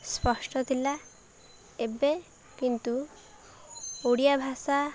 ସ୍ପଷ୍ଟ ଥିଲା ଏବେ କିନ୍ତୁ ଓଡ଼ିଆ ଭାଷା